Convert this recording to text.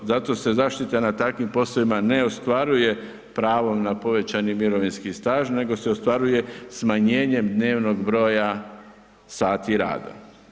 Zato se zaštita na takvim poslovima ne ostvaruje pravom na povećani mirovinski staž, nego se ostvaruje smanjenjem dnevnog broja sati rada.